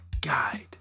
guide